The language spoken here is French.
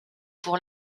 pour